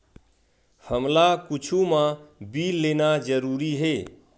हमला कुछु मा बिल लेना जरूरी हे?